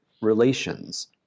relations